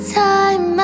time